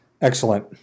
Excellent